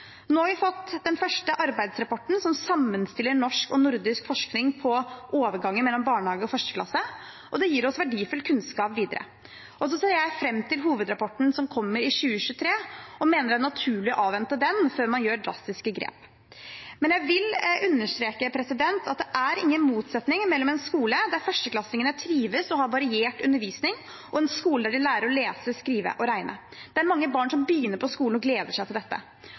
Nå har vi fått den første arbeidsrapporten som sammenstiller norsk og nordisk forskning på overgangen mellom barnehage og 1. klasse, og det gir oss verdifull kunnskap videre. Jeg ser fram til hovedrapporten som kommer i 2023, og jeg mener det er naturlig å avvente den før man gjør drastiske grep. Men jeg vil understreke at det er ingen motsetning mellom en skole der førsteklassingene trives og har variert undervisning, og en skole der de lærer å lese, skrive og regne. Mange barn begynner på skolen og gleder seg til dette.